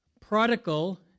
Prodigal